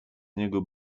niego